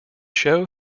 show